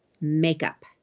makeup